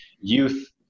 youth